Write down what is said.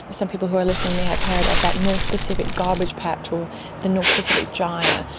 some people who are listening may have heard of that north pacific garbage patch or the north pacific gyre.